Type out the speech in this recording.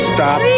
Stop